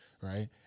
right